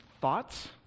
thoughts